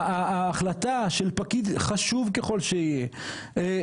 ההחלטה של פקיד חשוב ככל שיהיה,